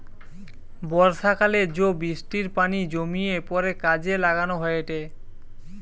বর্ষাকালে জো বৃষ্টির পানি জমিয়ে পরে কাজে লাগানো হয়েটে